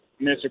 Mr